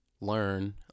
learn